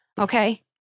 okay